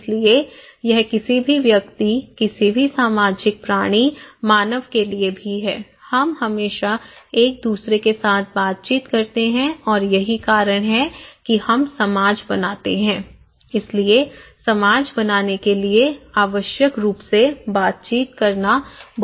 इसलिए यह किसी भी व्यक्ति किसी भी सामाजिक प्राणी मानव के लिए भी है हम हमेशा एक दूसरे के साथ बातचीत करते हैं और यही कारण है कि हम समाज बनाते हैं इसलिए समाज बनाने के लिए आवश्यक रूप से बातचीत करना बहुत महत्वपूर्ण है